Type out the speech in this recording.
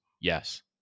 Yes